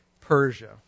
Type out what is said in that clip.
Persia